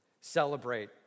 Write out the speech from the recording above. Celebrate